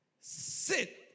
sit